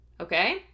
okay